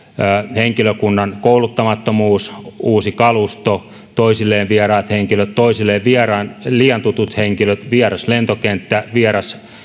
henkilökunnan kouluttamattomuus uusi kalusto toisilleen vieraat henkilöt toisilleen liian tutut henkilöt vieras lentokenttä vieras